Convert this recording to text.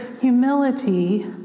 humility